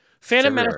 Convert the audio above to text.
Phantom